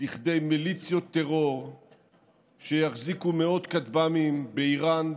לכדי מיליציות טרור שיחזיקו מאות כטב"מים באיראן,